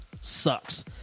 sucks